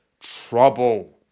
trouble